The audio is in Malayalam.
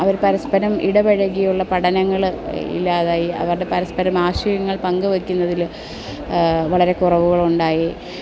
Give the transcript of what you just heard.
അവർ പരസ്പരം ഇടപഴകിയുള്ള പഠനങ്ങൾ ഇല്ലാതായി അവരുടെ പരസ്പരം ആശയങ്ങൾ പങ്കുവെക്കുന്നതിൽ വളരെ കുറവുകളുണ്ടായി